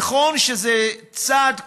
נכון שזה צעד קטן,